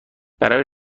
برای